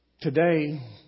Today